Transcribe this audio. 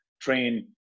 train